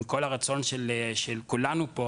עם כל הרצון של כולנו פה,